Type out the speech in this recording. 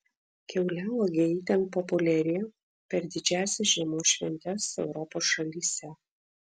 kiauliauogė itin populiari per didžiąsias žiemos šventes europos šalyse